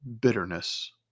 bitterness